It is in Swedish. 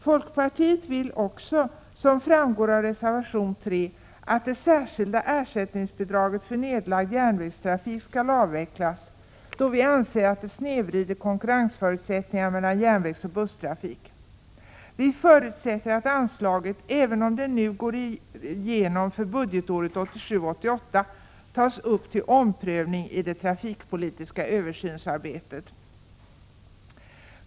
Vidare vill folkpartiet, som framgår av reservation 3, att det särskilda ersättningsbidraget för nedlagd järnvägstrafik skall avvecklas. Vi anser nämligen att det snedvrider förutsättningarna när det gäller konkurrensen mellan järnvägsoch busstrafik. Vi förutsätter att anslaget, även om det går igenom för budgetåret 1987/88, tas upp till omprövning i det trafikpolitiska översynsarbetet.